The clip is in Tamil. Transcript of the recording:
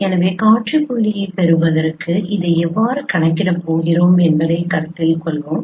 எனவே காட்சி புள்ளியைப் பெறுவதற்கு இதை எவ்வாறு கணக்கிடப் போகிறோம் என்பதைக் கருத்தில் கொள்வோம்